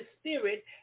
Spirit